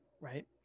Right